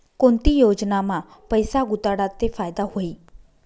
कोणती योजनामा पैसा गुताडात ते फायदा व्हई?